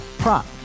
prop